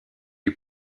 eut